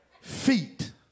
feet